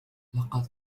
لقد